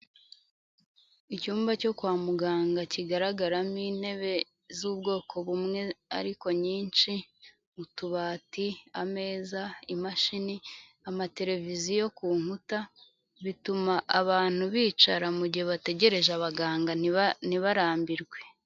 Icyumba cyo kwa muganga kigaragaramo intebe z'ubwoko bumwe ariko nyinshi, utubati, ameza, imashini, amateleviziyo ku nkuta, bituma abantu bicara mu gihe bategereje abaganga ntibarambirwe.